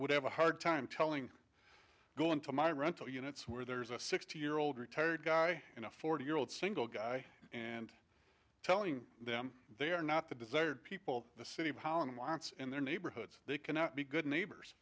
would have a hard time telling go into my rental units where there is a sixty year old retired guy in a forty year old single guy and telling them they are not the desired people the city of holland wants in their neighborhoods they cannot be good neighbors